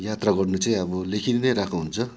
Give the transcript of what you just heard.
यात्रा गर्नु चाहिँ अब लेखेर नै राखेको हुन्छ